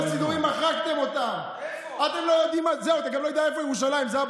למה יש, הרי הן לא מאמינות בדברים העתיקים האלה.